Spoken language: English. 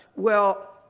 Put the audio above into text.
well,